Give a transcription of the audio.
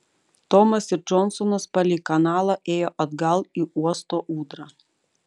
tomas ir džonsonas palei kanalą ėjo atgal į uosto ūdrą